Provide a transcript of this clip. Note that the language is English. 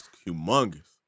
humongous